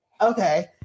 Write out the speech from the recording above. okay